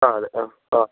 ആ അതെ ആ ആ